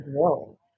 grow